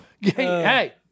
Hey